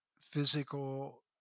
physical